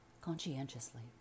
conscientiously